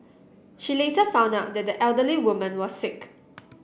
she later found out that the elderly woman was sick